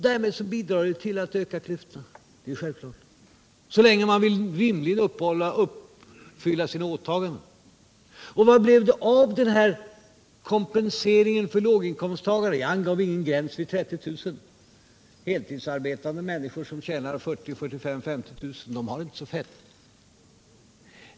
Därmed bidrar ni till att öka klyftan — det är självklart. Och vad blir det av kompensationen för låginkomsttagare? — Nr 42 Jag angav ingen gräns vid 30 000 kr. ; heltidsarbetande människor som tjänar 40 000-50 000 kr. har det inte så fett.